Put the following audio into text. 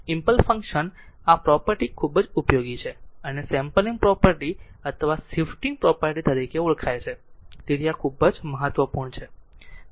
impulse function આ property ખૂબ ઉપયોગી છે અને સેમ્પલિંગ પ્રોપર્ટી અથવા શિફ્ટિંગ પ્રોપર્ટી તરીકે ઓળખાય છે તેથી આ આ ખૂબ જ મહત્વપૂર્ણ છે